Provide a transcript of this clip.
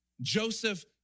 Joseph